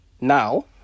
now